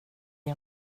har